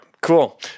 Cool